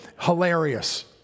hilarious